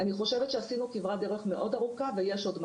אני חושבת שעשינו כברת דרך מאוד ארוכה,